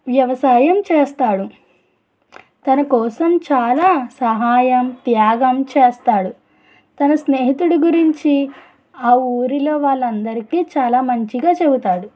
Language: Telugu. వ్యవసాయం చేస్తాడు తన కోసం చాలా సహాయం త్యాగం చేస్తాడు తన స్నేహితుడి గురించి ఆ ఊరిలో వాళ్ళందరికీ చాలా మంచిగా చెబుతాడు